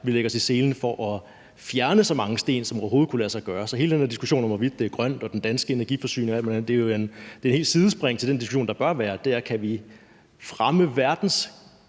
lægge sig i selen for at fjerne så mange sten, som det overhovedet kunne lade sig gøre. Så hele den her diskussion om, hvorvidt det er grønt, og om den danske energiforsyning og alt muligt andet, er jo et helt sidespring til den diskussion, der bør være, og det er: Kan vi fremme verdens